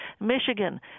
Michigan